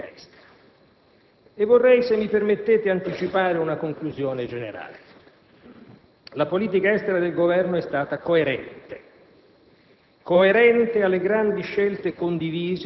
Ma vorrei, appunto, parlare della politica estera e vorrei, se mi permettete, anticipare una conclusione generale: la politica estera del Governo è stata coerente